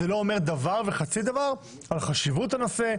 זה לא אומר דבר וחצי דבר על חשיבות הנושא,